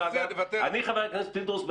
חבר הכנסת פינדרוס,